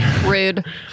Rude